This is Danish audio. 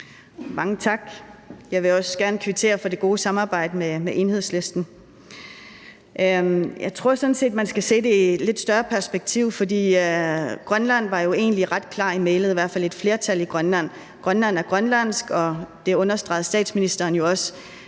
Mange tak. Jeg vil også gerne kvittere for det gode samarbejde med Enhedslisten. Jeg tror sådan set, man skal se det i et lidt større perspektiv, for et flertal i Grønland var jo egentlig ret klar i mælet om, at Grønland er grønlandsk, og det understregede statsministeren jo også.